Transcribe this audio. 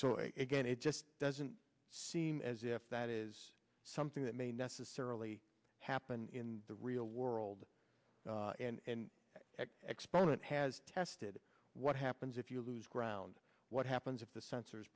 so again it just doesn't seem as if that is something that may necessarily happen in the real world and experiment has tested what happens if you lose ground what happens if the sensors